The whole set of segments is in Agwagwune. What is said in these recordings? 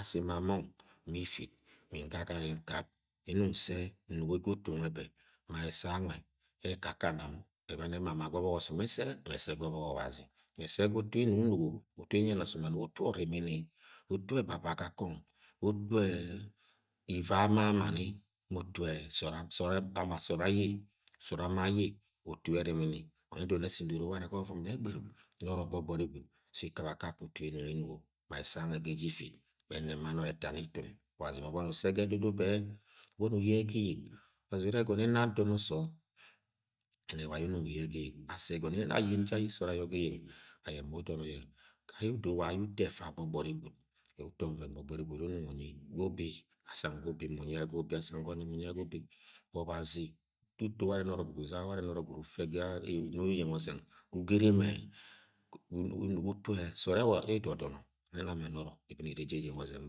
Asi ma mong mi ifit mim nga gari nkip ne rung nse nugo ege utu nwe be mu ẹsẹ amụ ẹkakana ẹbami ye ẹmumaga ọbok osom ese me ese gu obok ọbazi mẹ ese ga utu yẹ nimg nugo otu yẹ nyene asom amigo utu orimini utu-ẹ ebaba ga kong utu ivei ama amami utu-ẹ-some ama sood aye sọọd ama aye wa utu yẹ eri mini, wa ye ndoro nẹ sẹ ndoro wane ga ovovum jẹ nẹ gberuk nono gbọ gbọri gwud sẹ ikip akakẹ utu ne inung inugo ma ẹsẹ anwe ga eje ifit me eneb ma nọnọ eta nẹ itumi obazi mu umoboni use ga edudu bẹ uboni uye ye ga eyeng obazi ume egono nọ adono sọọd ye nẹ wa aye unung uye yẹ ga eyeng as nayn nẹ aye sọod aye ga eyeng aye mu udomo ye ga ye odo ma aye uto ẹfa gbogbon gwud uto oven gbọgbọri gwud unung unyi ga ubi asang ga ubi mu unye ga ubi obazi wẹ uto ware noro gwud uzaga ware nọrọ gwud ufe ga uno ga eyeng ozeng ga ugene emo-e- unugo utu-e- sọ-od-ne-nea-sọọd ẹdọdọnọ wangẹ ẹna ma nọrọ iboni ere ga eyeng ozẹng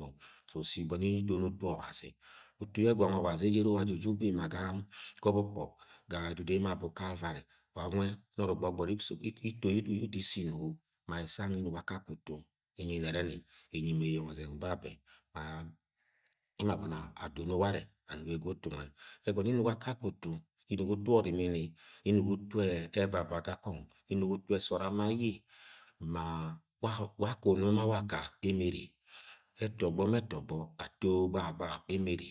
mong so, sẹ iboni idono utu obazi utu ye gwange obazi ebe ene yẹ uwa jẹ uju be ma ga gu ọgbọ ga edudu yẹ emo abo calvary wa nwe nõrọ gbogbori ma ẹsẹ anwe imugo akake utu inyi nõne ni inyi ma eyeng ozeng babẹ-ẹ mam- emo aboni adono wane amugo ege utu nwẹ ẹgomo inugo akake utu, inugo utu orimini inugo utu-e-ebaba ga kong mugo utu-e- sọọd ama eye ma-ma waka unu ma waka emene ẹtọgbo ma etọ ogba gbahagbaha emene.